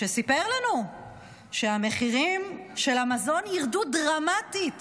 שסיפר לנו שהמחירים של המזון ירדו דרמטית.